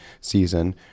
season